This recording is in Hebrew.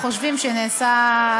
חושבים שנעשה,